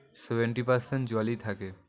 seventy percent জলই থাকে